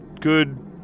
good